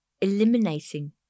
eliminating